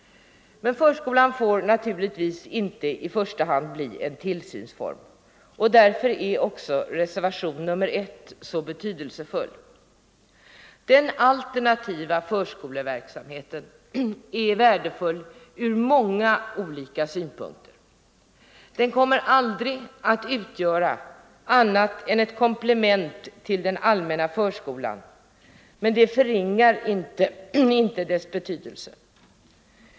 Men förskolan får naturligtvis inte i första hand bli en tillsynsform. Därför är också reservationen 1 mycket betydelsefull. Den alternativa förskoleverksamheten är värdefull ur många olika synpunkter. Den kommer aldrig att utgöra annat än ett komplement till den allmänna förskolan, men det förringar inte dess betydelse.